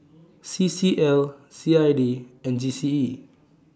C C L C I D and G C E